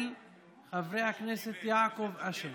של חבר הכנסת יעקב אשר.